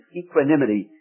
equanimity